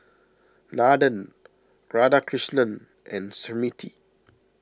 Nathan Radhakrishnan and Smriti